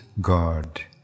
God